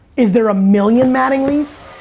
is there a million mattinglys?